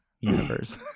universe